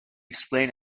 explain